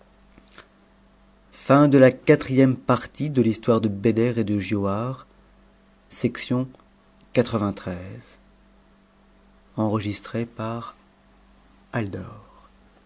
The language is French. de l'intérêt de l'un et de